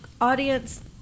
audience